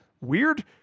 weird